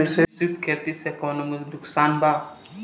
मिश्रित खेती से कौनो नुकसान बा?